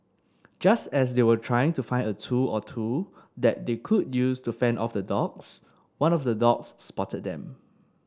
just as they were trying to find a tool or two that they could use to fend off the dogs one of the dogs spotted them